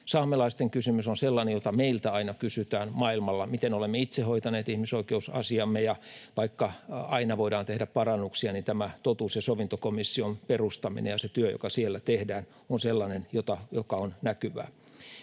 Saamelaisten kysymys on sellainen, jota meiltä aina kysytään maailmalla — miten olemme itse hoitaneet ihmisoikeusasiamme — ja vaikka aina voidaan tehdä parannuksia, niin tämä totuus- ja sovintokomission perustaminen ja se työ, joka siellä tehdään, on sellainen, joka on näkyvää.